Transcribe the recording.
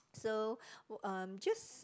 so uh just